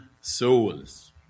souls